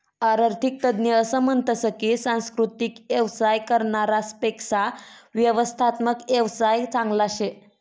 आरर्थिक तज्ञ असं म्हनतस की सांस्कृतिक येवसाय करनारास पेक्शा व्यवस्थात्मक येवसाय चांगला शे